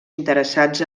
interessats